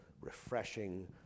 refreshing